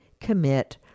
commit